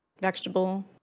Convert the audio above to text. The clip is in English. vegetable